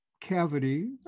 cavity